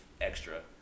extra